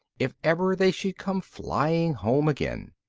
if ever they should come flying home again.